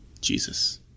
Jesus